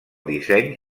disseny